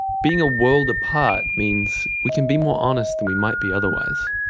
being a world apart means we can be more honest than we might be otherwise.